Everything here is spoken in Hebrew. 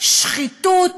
שחיתות,